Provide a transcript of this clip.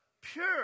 Pure